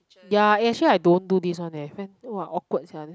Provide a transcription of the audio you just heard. ya eh so I don't do this one eh !wah! awkward sia this one